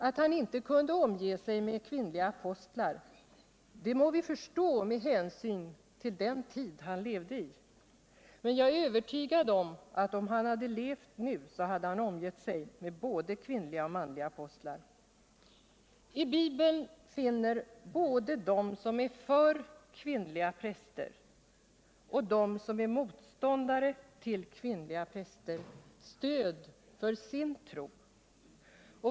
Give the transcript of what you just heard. Att han inte kunde omge sig med kvinnliga apostlar må vi förstå med hänsyn till den tid han levde i, men jag är övertygad om att om han levde nu hade han omgett sig med både kvinnliga och manliga apostlar. I Bibeln finner både de som är för kvinnliga präster och de som är motståndare till kvinnliga präster stöd för sin tro.